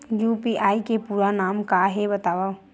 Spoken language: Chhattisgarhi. यू.पी.आई के पूरा नाम का हे बतावव?